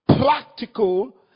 practical